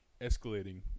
escalating